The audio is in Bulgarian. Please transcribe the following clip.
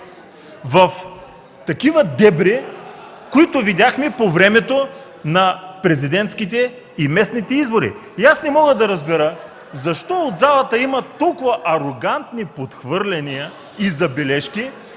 в такива дебри, които видяхме по времето на президентските и местните избори? (Шум и реплики.) Не мога да разбера защо от залата има толкова арогантни подхвърляния и забележки,